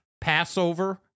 Passover